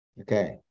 Okay